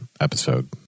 episode